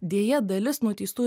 deja dalis nuteistųjų